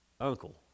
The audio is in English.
uncle